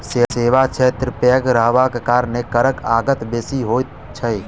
सेवा क्षेत्र पैघ रहबाक कारणेँ करक आगत बेसी होइत छै